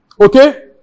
Okay